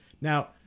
Now